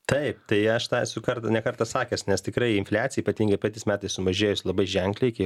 taip tai aš tą esu kard ne kartą sakęs nes tikrai infliacija ypatingai tais metais sumažėjus labai ženkliai kai